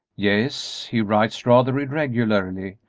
yes he writes rather irregularly,